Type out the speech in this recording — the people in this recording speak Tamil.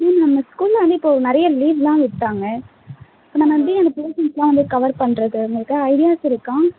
மேம் நம் ஸ்கூலில் வந்து இப்போது நிறையா லீவ்லாம் விட்டுடாங்க இப்போ நம்ம எப்படி அந்த போர்ஷ்ன்ஸெலாம் வந்து கவர் பண்ணுறது உங்களுக்கு ஏதா ஐடியாஸ் இருக்கா